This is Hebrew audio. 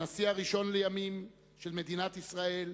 לימים הנשיא הראשון של מדינת ישראל,